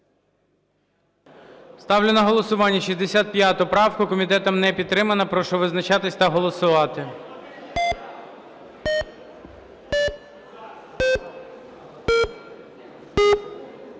Ставлю на голосування 65 правку, комітетом не підтримана. Прошу визначатись та голосувати.